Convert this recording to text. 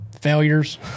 failures